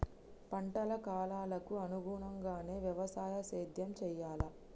పంటల కాలాలకు అనుగుణంగానే వ్యవసాయ సేద్యం చెయ్యాలా?